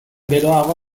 geroago